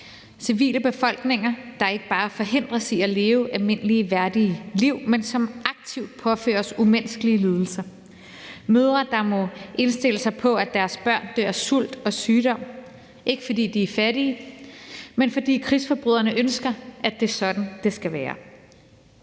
civilbefolkninger, der ikke bare forhindres i at leve almindelige, værdige liv, men som aktivt påføres menneskelige lidelser; mødre, der må indstille sig på, at deres børn dør af sult og sygdom, ikke fordi de er fattige, men fordi krigsforbryderne ønsker, at det er sådan, det skal være.